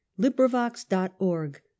LibriVox.org